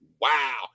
Wow